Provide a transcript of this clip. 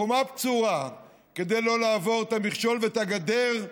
חומה בצורה כדי לא לעבור את המכשול ואת הגדר,